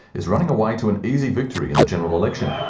is running away to an easy victory in the general election.